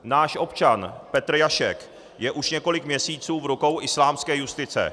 Náš občan Petr Jašek je už několik měsíců v rukou islámské justice.